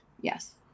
yes